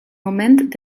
moment